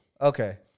Okay